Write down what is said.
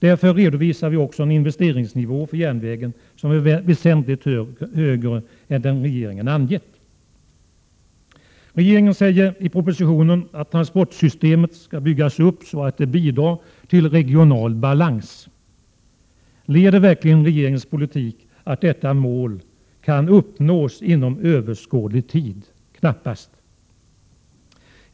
Därför redovisar vi en investeringsnivå för järnvägen som är väsentligt högre än den regeringen angett. Regeringen säger i propositionen att transportsystemet skall byggas upp så att det bidrar till regional balans. Leder verkligen regeringens politik till att detta mål kan uppnås inom överskådlig tid? Knappast!